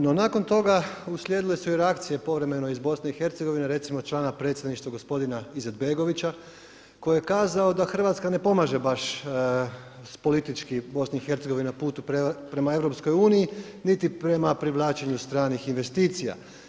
No, nakon toga, uslijedile su i reakcije, povremeno iz BIH, recimo člana predsjedništva gospodina Izetbegovića, koji je kazao da Hrvatska ne pomaže baš politički BIH na putu prema EU, niti prema privlačenja stranih investicija.